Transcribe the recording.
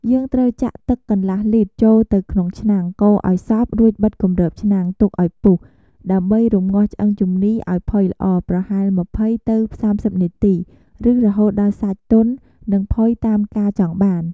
យើងត្រូវចាក់ ទឹកកន្លះលីត្រ ចូលទៅក្នុងឆ្នាំង កូរឱ្យសព្វ រួចបិទគម្របឆ្នាំង ទុកឱ្យពុះ ដើម្បីរំងាស់ឆ្អឹងជំនីរឱ្យផុយល្អ ប្រហែល ២០ ទៅ ៣០ នាទី ឬរហូតដល់សាច់ទន់ និងផុយតាមការចង់បាន។